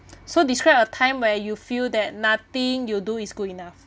so describe a time where you feel that nothing you do is good enough